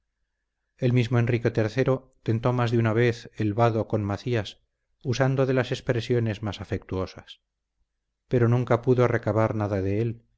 el mismo enrique iii tentó más de una vez el vado con macías usando de las expresiones más afectuosas pero nunca pudo recabar nada de él